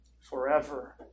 forever